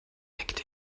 nickte